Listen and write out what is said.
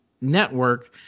Network